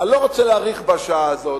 אני לא רוצה להאריך בשעה הזאת.